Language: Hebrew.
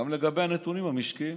גם לגבי הנתונים המשקיים.